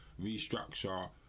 restructure